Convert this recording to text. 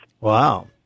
Wow